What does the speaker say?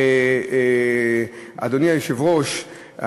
אדוני היושב-ראש,